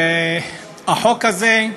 החוק הזה,